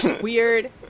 weird